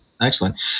Excellent